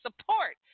support